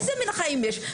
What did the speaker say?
סליחה, איזה מן חיים יש?